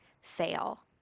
fail